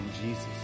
Jesus